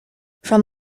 from